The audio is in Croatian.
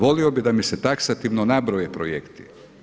Volio bih da mi se taksativno nabroje projekti.